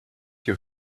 your